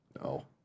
No